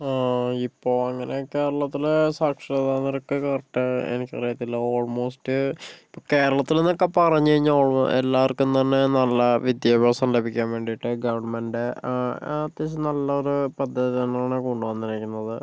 ഓ ഇപ്പോൾ അങ്ങനെ കേരളത്തിലെ സാക്ഷരത നിരക്ക് കറക്റ്റ് എനിക്കറിയത്തില്ല ഓൾമോസ്റ്റ് ഇപ്പോൾ കേരളത്തിൽ എന്നൊക്കെ പറഞ്ഞു കഴിഞ്ഞാൽ ഓൾ എല്ലാവർക്കും തന്നെ നല്ല വിദ്യാഭ്യാസം ലഭിക്കാൻ വേണ്ടിയിട്ട് ഗവൺമെൻ്റ് അത്യാവശ്യം നല്ലൊരു പദ്ധതി തന്നെയാണ് കൊണ്ടു വന്നിരിക്കുന്നത്